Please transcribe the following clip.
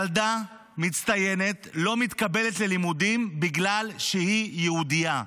ילדה מצטיינת לא מתקבלת ללימודים בגלל שהיא יהודייה.